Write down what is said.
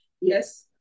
yes